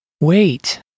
Wait